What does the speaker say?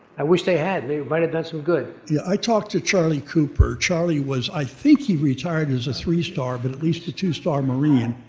i wish they had, they might have done some good. yeah, i talked to charlie cooper. charlie was, i think he retired as a three star, but at least a two star marine.